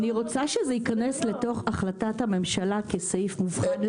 אני רוצה שזה ייכנס לתוך החלטת הממשלה כסעיף מובחן.